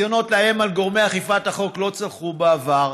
הניסיונות לאיים על גורמי אכיפת החוק לא צלחו בעבר,